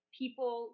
people